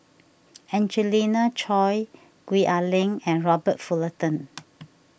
Angelina Choy Gwee Ah Leng and Robert Fullerton